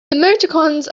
emoticons